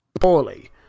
poorly